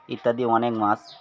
ইত্যাদি অনেক মাছ